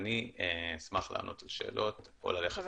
אני אשמח לענות לשאלות או ללכת לישון,